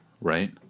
right